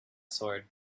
sword